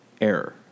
error